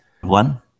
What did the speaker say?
One